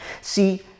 See